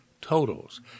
totals